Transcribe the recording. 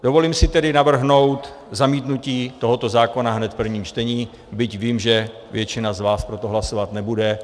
Dovolím si tedy navrhnout zamítnutí tohoto zákona hned v prvním čtení, byť vím, že většina z vás pro to hlasovat nebude.